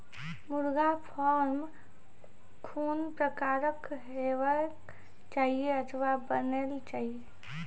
मुर्गा फार्म कून प्रकारक हेवाक चाही अथवा बनेल जाये?